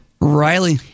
Riley